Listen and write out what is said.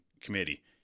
Committee